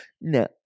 No